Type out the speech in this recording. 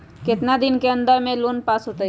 कितना दिन के अन्दर में लोन पास होत?